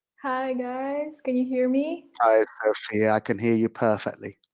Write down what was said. hi, guys. can you hear me? hi, sophia. i can hear you perfectly.